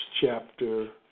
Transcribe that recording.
chapter